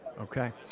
Okay